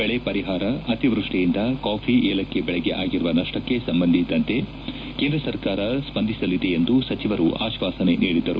ಬೆಳೆ ಪರಿಹಾರ ಅತಿವೃಷ್ಷಿಯಿಂದ ಕಾಫಿ ಏಲಕ್ಷಿ ಬೆಳೆಗೆ ಆಗಿರುವ ನಷ್ಸಕ್ಕೆ ಸಂಬಂಧಿಸಿದಂತೆ ಕೇಂದ್ರ ಸರ್ಕಾರ ಸ್ಪಂದಿಸಲಿದೆ ಎಂದು ಸಚಿವರು ಆಶ್ವಾಸನೆ ನೀಡಿದರು